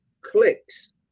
clicks